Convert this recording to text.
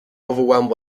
overwhelmed